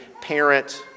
parent